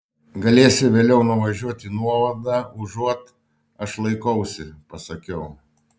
galėsi vėliau nuvažiuoti į nuovadą užuot aš laikausi pasakiau